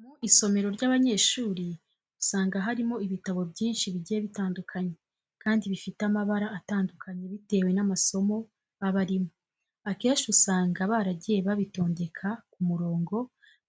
Mu isomero ry'abanyeshuri usanga harimo ibitabo byinshi bigiye bitandukanye kandi bifite amabara atandukanye bitewe n'amasomo aba arimo. Akenshi usanga baragiye babitondeka ku murongo